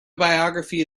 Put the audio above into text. biography